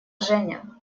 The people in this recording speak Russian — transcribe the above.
женя